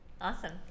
Awesome